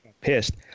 pissed